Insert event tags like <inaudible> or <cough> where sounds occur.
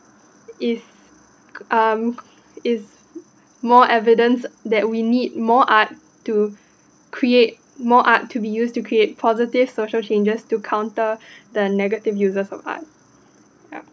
is um is more evidence that we need more art to create more art to be used to create positive social changes to counter <breath> the negative users of art ya